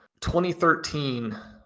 2013